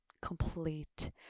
complete